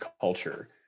culture